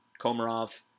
Komarov